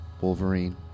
Wolverine